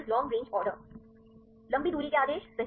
लंबी दूरी के आदेश सही